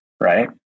Right